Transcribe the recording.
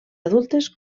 adultes